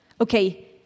Okay